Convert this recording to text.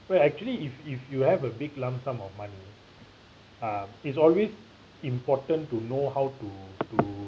well actually if if you have a big lump sum of money uh is always important to know how to to